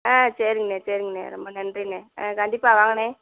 ஆ சரிங்ண்ணே சரிங்ண்ணே ரொம்ப நன்றிண்ணே ஆ கண்டிப்பாக வாங்கண்ணே